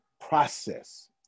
process